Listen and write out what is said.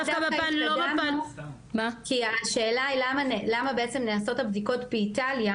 דווקא בפן --- כי השאלה היא למה בעצם נעשות הבדיקות באיטליה,